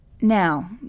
Now